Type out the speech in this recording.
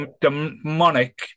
demonic